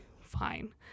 fine